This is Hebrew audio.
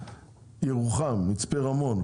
ירוחם מצפה רמון,